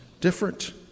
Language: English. different